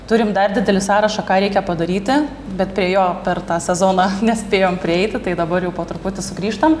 turim dar didelį sąrašą ką reikia padaryti bet prie jo per tą sezoną nespėjom prieiti tai dabar jau po truputį sugrįžtam